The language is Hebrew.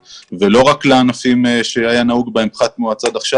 ולא רק לענפים שהיה נהוג בהם פחת מואץ עד עכשיו.